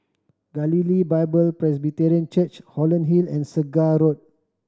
Galilee Bible Presbyterian Church Holland Hill and Segar Road